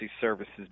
services